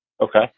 Okay